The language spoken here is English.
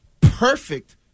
perfect